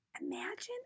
Imagine